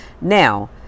now